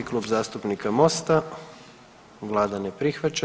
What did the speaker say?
Klub zastupnika Mosta, Vlada ne prihvaća.